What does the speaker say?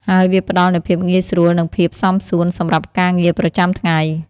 ហើយវាផ្តល់នូវភាពងាយស្រួលនិងភាពសមសួនសម្រាប់ការងារប្រចាំថ្ងៃ។